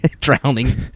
Drowning